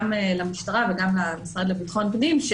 גם למשטרה וגם למשרד לביטחון פנים,